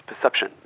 perception